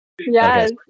Yes